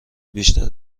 بیشتر